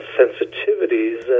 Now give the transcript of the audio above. sensitivities